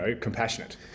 compassionate